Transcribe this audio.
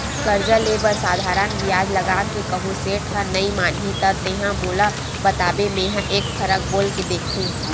करजा ले बर साधारन बियाज लगा के कहूँ सेठ ह नइ मानही त तेंहा मोला बताबे मेंहा एक फरक बोल के देखहूं